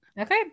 Okay